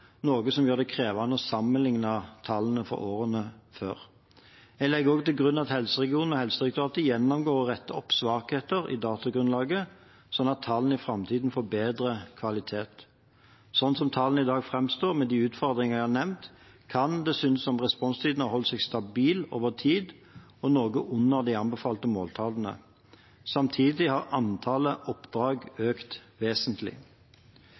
noe som gjør det krevende å sammenligne tallene fra årene før. Jeg legger også til grunn at helseregionene og Helsedirektoratet gjennomgår og retter opp svakheter i datagrunnlaget, slik at tallene i framtiden får bedre kvalitet. Slik tallene framstår i dag, med de utfordringer jeg har nevnt, kan det synes som om responstidene har holdt seg stabile over tid, og noe under de anbefalte måltallene. Samtidig har antallet oppdrag økt vesentlig.